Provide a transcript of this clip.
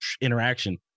interaction